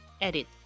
Edit